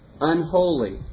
unholy